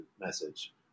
message